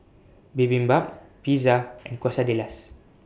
Bibimbap Pizza and Quesadillas